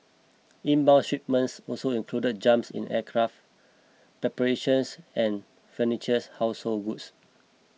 inbound shipments also included jumps in aircraft preparations and furnitures household goods